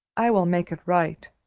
i will make it right.